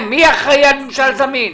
מי אחראי על ממשל זמין?